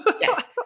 Yes